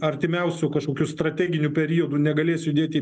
artimiausiu kažkokiu strateginiu periodu negalės judėti